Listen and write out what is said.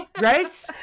right